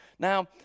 Now